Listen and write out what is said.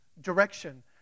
direction